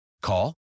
Call